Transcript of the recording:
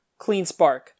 CleanSpark